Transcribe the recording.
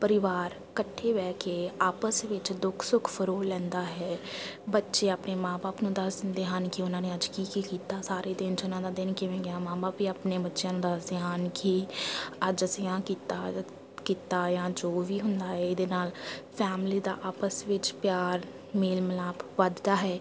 ਪਰਿਵਾਰ ਇਕੱਠੇ ਬਹਿ ਕੇ ਆਪਸ ਵਿੱਚ ਦੁੱਖ ਸੁੱਖ ਫਰੋਲ ਲੈਂਦਾ ਹੈ ਬੱਚੇ ਆਪਣੇ ਮਾਂ ਬਾਪ ਨੂੰ ਦੱਸ ਦਿੰਦੇ ਹਨ ਕਿ ਉਹਨਾਂ ਨੇ ਅੱਜ ਕੀ ਕੀ ਕੀਤਾ ਸਾਰੇ ਦਿਨ 'ਚ ਉਹਨਾਂ ਦਾ ਦਿਨ ਕਿਵੇਂ ਗਿਆ ਮਾਂ ਬਾਪ ਵੀ ਆਪਣੇ ਬੱਚਿਆਂ ਨੂੰ ਦੱਸਦੇ ਹਨ ਕਿ ਅੱਜ ਅਸੀਂ ਆਹ ਕੀਤਾ ਕੀਤਾ ਜਾਂ ਜੋ ਵੀ ਹੁੰਦਾ ਹੈ ਇਹਦੇ ਨਾਲ ਫੈਮਿਲੀ ਦਾ ਆਪਸ ਵਿੱਚ ਪਿਆਰ ਮੇਲ ਮਿਲਾਪ ਵੱਧਦਾ ਹੈ